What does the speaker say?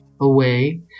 away